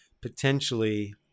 potentially